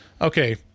Okay